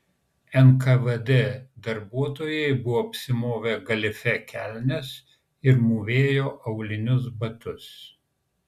nkvd darbuotojai buvo apsimovę galifė kelnes ir mūvėjo aulinius batus